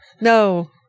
No